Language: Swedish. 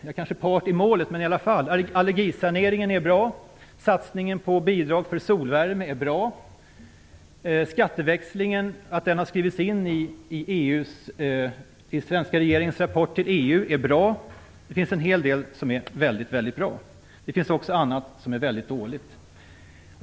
Jag är kanske part i målet, men allergisaneringen är bra, satsningen på bidrag för solvärme är bra och att skatteväxlingen har skrivits in i den svenska regeringens rapport till EU är bra. Det finns en hel del som är väldigt bra. Det finns också annat som är väldigt dåligt.